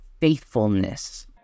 faithfulness